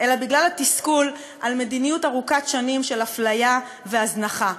אלא בגלל התסכול על מדיניות ארוכת שנים של הפליה והזנחה.